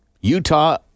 Utah-